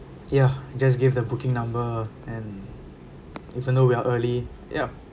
ya just gave the booking number and even though we are early ya